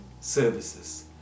services